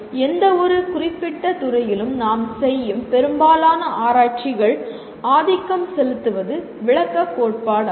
எந்தவொரு குறிப்பிட்ட துறையிலும் நாம் செய்யும் பெரும்பாலான ஆராய்ச்சிகள் ஆதிக்கம் செலுத்துவது விளக்கக் கோட்பாடாகும்